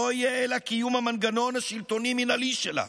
יהיה אלא קיום המנגנון השלטוני-מינהלי שלה".